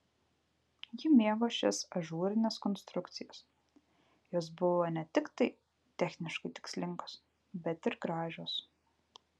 ji mėgo šias ažūrines konstrukcijas jos buvo ne tiktai techniškai tikslingos bet ir gražios